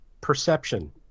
perception